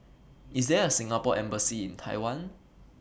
IS There A Singapore Embassy in Taiwan